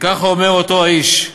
וכך אומר אותו האיש: